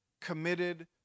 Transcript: committed